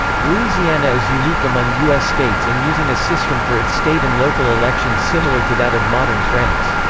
louisiana is unique among u s. states in using a system for its state and local elections similar to that of modern france.